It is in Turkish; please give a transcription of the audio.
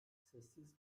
sessiz